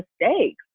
mistakes